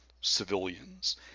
civilians